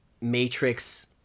matrix